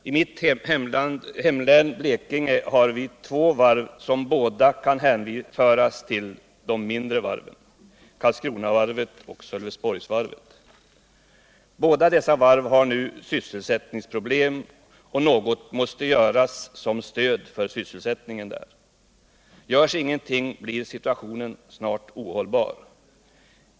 I mitt hemlän, Blekinge, har vi två varv som båda kan hänföras till de mindre varven, Karlskronavarvet och Sölvesborgsvarvet. Båda dessa varv har nu sysselsättningsproblem, och något måste göras som stöd för sysselsättningen där. Görs ingenting blir situationen snart ohållbar.